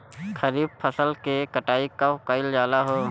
खरिफ फासल के कटाई कब कइल जाला हो?